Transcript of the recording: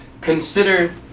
Consider